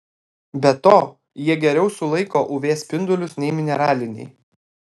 be to jie geriau sulaiko uv spindulius nei mineraliniai